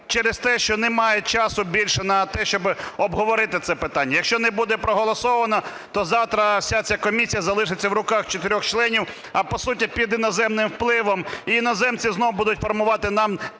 через те, що немає часу більше на те, щоб обговорити це питання. Якщо не буде проголосовано, то завтра вся ця комісія залишиться в руках чотирьох членів, а по суті під іноземним впливом, і іноземці знову будуть формувати нам